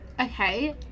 Okay